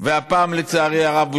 והפעם לצערי הרב,